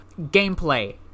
Gameplay